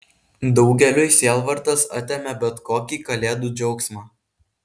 daugeliui sielvartas atėmė bet kokį kalėdų džiaugsmą